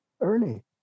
early